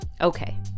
Okay